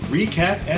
Recap